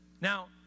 Now